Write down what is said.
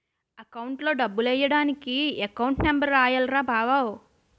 అకౌంట్లో డబ్బులెయ్యడానికి account number రాయాల్రా బావో